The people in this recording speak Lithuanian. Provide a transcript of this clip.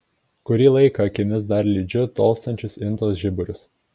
kurį laiką akimis dar lydžiu tolstančius intos žiburius